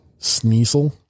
Sneasel